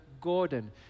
Gordon